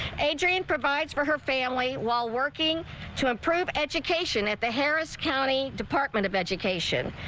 adrian provide for her family while working to improve education at the harris county department of education.